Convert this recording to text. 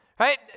Right